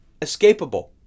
escapable